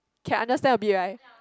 can understand a bit right